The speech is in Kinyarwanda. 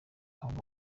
ahubwo